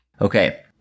Okay